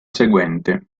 seguente